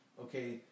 Okay